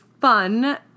fun